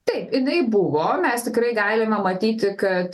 taip jinai buvo mes tikrai galime matyti kad